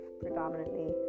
predominantly